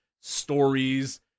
stories